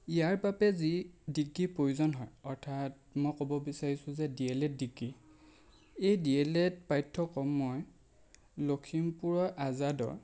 ইয়াৰ বাবে যি ডিগ্ৰী প্ৰয়োজন হয় অৰ্থাত মই ক'ব বিচাৰিছোঁ যে ডিএলএড ডিগ্ৰী এই ডিএলএড পাঠ্যক্ৰম মই লখিমপুৰৰ আজাদৰ